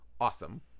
awesome